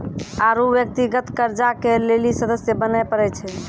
आरु व्यक्तिगत कर्जा के लेली सदस्य बने परै छै